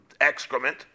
excrement